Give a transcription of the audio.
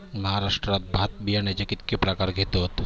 महाराष्ट्रात भात बियाण्याचे कीतके प्रकार घेतत?